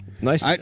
Nice